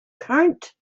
count